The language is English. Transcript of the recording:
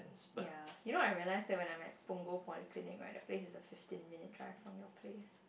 ya you know I realize that when I'm at Punggol-polyclinic the place is a fifteen minutes drive from your place